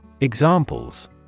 Examples